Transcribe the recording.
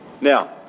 Now